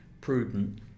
prudent